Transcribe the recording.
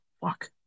fuck